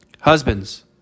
Husbands